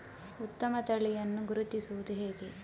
ಉತ್ತಮ ತಳಿಯನ್ನು ಗುರುತಿಸುವುದು ಹೇಗೆ?